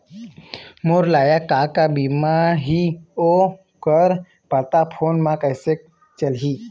मोर लायक का का बीमा ही ओ कर पता फ़ोन म कइसे चलही?